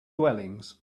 dwellings